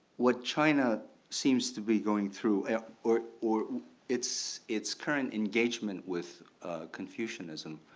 what china seems to be going through or or its its current engagement with confucianism,